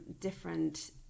different